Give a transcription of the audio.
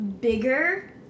bigger